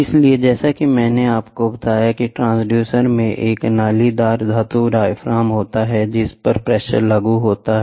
इसलिए जैसा कि मैंने आपको बताया कि ट्रांसड्यूसर में एक नालीदार धातु डायाफ्राम होता है जिस पर प्रेशर लागू होता है